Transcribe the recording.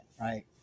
right